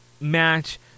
match